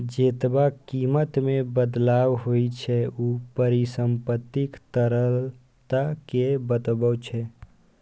जेतबा कीमत मे बदलाव होइ छै, ऊ परिसंपत्तिक तरलता कें बतबै छै